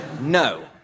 No